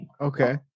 Okay